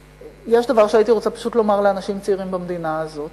יש דבר שהייתי רוצה פשוט לומר לאנשים צעירים במדינה הזאת.